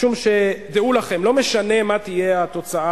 משום, דעו לכם, לא משנה מה תהיה התוצאה.